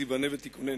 תיבנה ותיכונן.